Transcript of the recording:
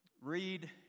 read